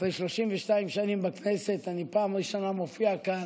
אחרי 32 שנים בכנסת אני בפעם הראשונה מופיע כאן,